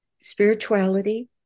spirituality